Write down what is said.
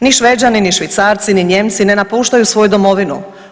Ni Šveđani ni Švicarci ni Nijemci ne napuštaju svoju domovinu.